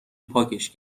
پاکش